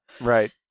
Right